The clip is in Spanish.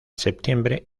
septiembre